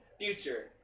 future